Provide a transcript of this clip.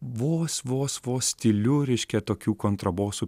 vos vos vos tyliu reiškia tokių kontraboso